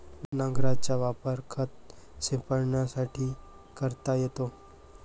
नांगराचा वापर खत शिंपडण्यासाठी करता येतो